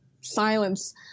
silence